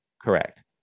Correct